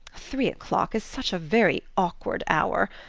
three o'clock is such a very awkward hour.